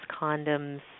condoms